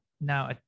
Now